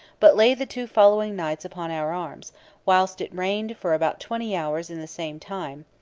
but lay the two following nights upon our arms whilst it rained for about twenty hours in the same time,